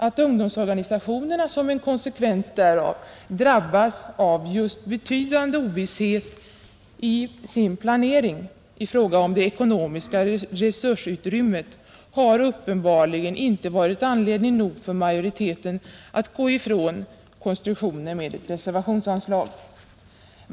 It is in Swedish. Att ungdomsorganisationerna som en konsekvens därav drabbas av just betydande ovisshet i sin planering i fråga om det ekonomiska resursutrymmet har uppenbarligen inte varit anledning nog för majoriteten att gå ifrån konstruktionen med ett reservationsanslag.